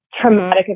traumatic